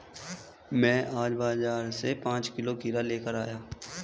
मैं आज बाजार से पांच किलो खीरा लेकर आया